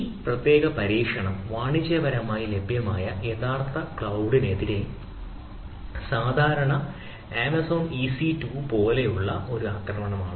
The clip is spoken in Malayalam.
ഈ പ്രത്യേക പരീക്ഷണം വാണിജ്യപരമായി ലഭ്യമായ യഥാർത്ഥ ക്ലൌഡ്നെതിരെ സാധാരണ ആമസോൺ ഇസി 2 പോലുള്ള ഒരു ആക്രമണമാണ്